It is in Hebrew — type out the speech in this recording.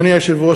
אדוני היושב-ראש,